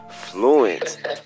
fluent